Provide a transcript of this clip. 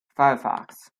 firefox